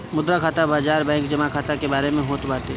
मुद्रा खाता बाजार बैंक जमा खाता के बारे में होत बाटे